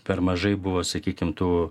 per mažai buvo sakykim tų